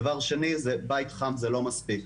דבר שני, בית חם זה לא מספיק.